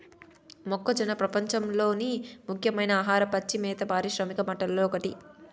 మొక్కజొన్న ప్రపంచంలోని ముఖ్యమైన ఆహార, పచ్చి మేత పారిశ్రామిక పంటలలో ఒకటి